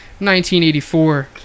1984